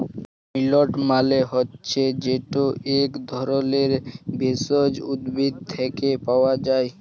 মিল্ট মালে হছে যেট ইক ধরলের ভেষজ উদ্ভিদ থ্যাকে পাওয়া যায়